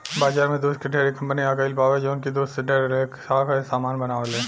बाजार में दूध के ढेरे कंपनी आ गईल बावे जवन की दूध से ढेर लेखा के सामान बनावेले